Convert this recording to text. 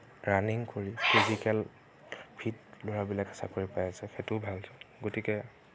running কৰি physical fit ল'ৰাবিলাকে চাকৰি পাই আছে সেইটোও ভাল গতিকে